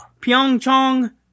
Pyeongchang